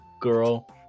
girl